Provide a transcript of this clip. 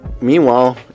Meanwhile